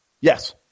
Yes